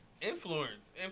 Influence